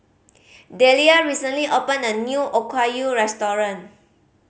Deliah recently opened a new Okayu Restaurant